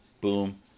boom